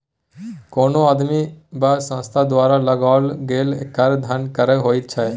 कोनो आदमी वा संस्था द्वारा लगाओल गेल कर धन कर होइत छै